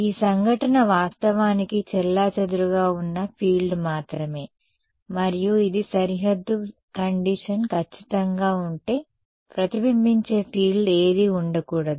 ఈ సంఘటన వాస్తవానికి చెల్లాచెదురుగా ఉన్న ఫీల్డ్ మాత్రమే మరియు ఇది సరిహద్దు పరిస్థితి ఖచ్చితంగా ఉంటే ప్రతిబింబించే ఫీల్డ్ ఏదీ ఉండకూడదు